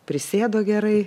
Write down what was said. prisėdo gerai